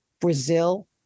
Brazil